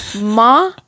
Ma